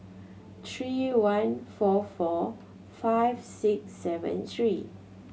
three one four four five six seven three